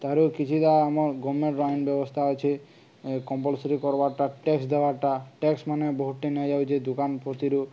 ତାପରେ କିଛିଟା ଆମର ଗଭର୍ଣ୍ଣମେଣ୍ଟ ଆଇନ ବ୍ୟବସ୍ଥା ଅଛେ କମ୍ପଲସୋରୀ କରବାରଟା ଟ୍ୟାକ୍ସ ଦେବାରଟା ଟ୍ୟାକ୍ସ ମାନେ ବହୁତଟେ ନିଆଯାଉଛେ ଦୋକାନ ପ୍ରତିରୁ